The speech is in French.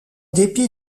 dépit